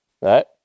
Right